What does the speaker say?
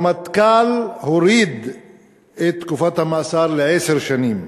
הרמטכ"ל הוריד את תקופת המאסר לעשר שנים,